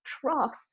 trust